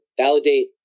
validate